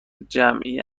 جمعی